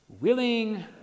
willing